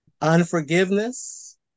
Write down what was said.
unforgiveness